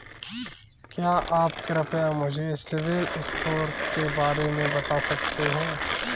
क्या आप कृपया मुझे सिबिल स्कोर के बारे में बता सकते हैं?